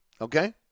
okay